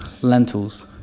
lentils